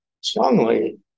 strongly